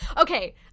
Okay